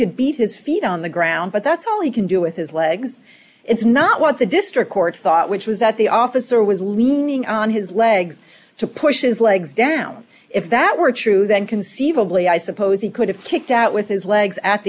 could be his feet on the ground but that's all he can do with his legs it's not what the district court fought which was that the officer was leaning on his legs to push his legs down if that were true then conceivably i suppose he could have kicked out with his legs at